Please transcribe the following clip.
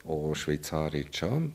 o šveicarai čion